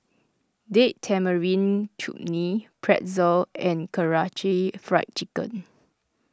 Date Tamarind Chutney Pretzel and Karaage Fried Chicken